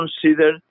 consider